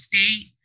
State